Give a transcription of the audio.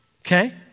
Okay